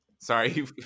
Sorry